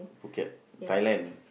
Phuket Thailand